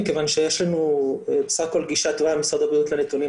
מכיוון שיש לנו בסך הכל גישה במשרד הבריאות לנתונים